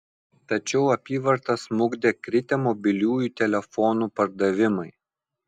tačiau apyvartą smukdė kritę mobiliųjų telefonų pardavimai